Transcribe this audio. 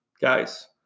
Guys